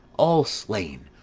all slain,